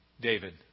David